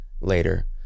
later